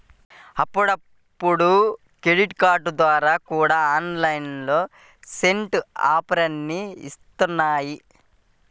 అప్పుడప్పుడు క్రెడిట్ కార్డుల ద్వారా కూడా ఆన్లైన్ సైట్లు ఆఫర్లని ఇత్తన్నాయి